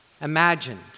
imagined